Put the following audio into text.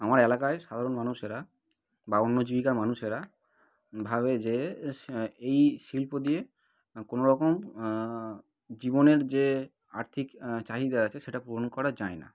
আমার এলাকায় সাধারণ মানুষেরা বা অন্য জীবিকার মানুষেরা ভাবে যে এই শিল্প দিয়ে কোনো রকম জীবনের যে আর্থিক চাহিদা আছে সেটা পূরণ করা যায় না